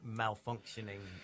malfunctioning